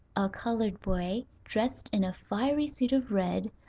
a colored boy, dressed in a fiery suit of red,